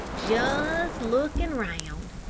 just lookin' round,